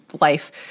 life